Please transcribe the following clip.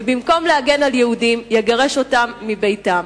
ובמקום להגן על יהודים יגרש אותם מביתם.